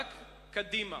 רק קדימה,